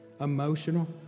emotional